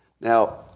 Now